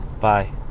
Bye